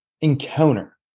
encounter